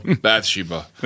Bathsheba